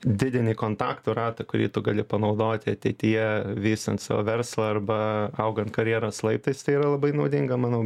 didini kontaktų ratą kurį tu gali panaudoti ateityje vystant savo verslą arba augant karjeros laiptais tai yra labai naudinga manau